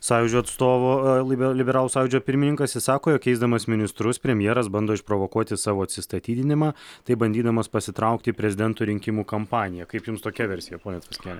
sąjūdžio atstovo libe liberalų sąjūdžio pirmininkas sako jog keisdamas ministrus premjeras bando išprovokuoti savo atsistatydinimą taip bandydamas pasitraukti į prezidento rinkimų kampaniją kaip jums tokia versija ponia tvaskiene